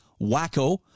wacko